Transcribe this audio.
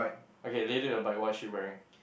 okay lady on the bike what she wearing